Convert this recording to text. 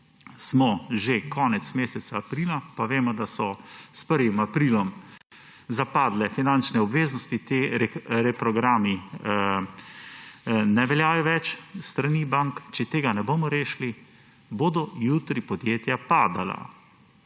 že konec meseca aprila, pa vemo, da so s 1. aprilom zapadejo finančne obveznosti, ti reprogrami ne veljajo več s strani bank, če tega ne bomo rešili, bodo jutri podjetja padala;